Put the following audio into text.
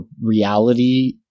reality